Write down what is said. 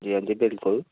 जी हां जी बिल्कूल